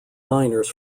miners